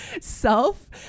self